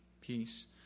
peace